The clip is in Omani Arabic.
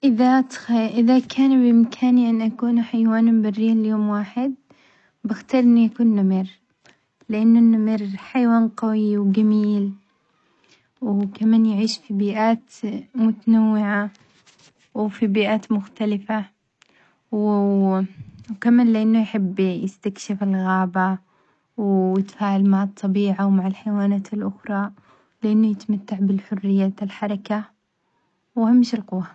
إذا تخ إذا كان بإمكاني أن أكون حيوانً بريًا ليوم واحد، بختار إني أكون نمر حيوان قوي وجميل وكمان يعيش قي بيئات متنوعة وبيئات مختلفة وكمان لأنه يحب يستكشف الغابة ويتفاعل مع الطبيعة ومع الحيوانات الأخرى لأنه يتمتع بالحرية الحركة وأهم شي القوة.